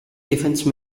defence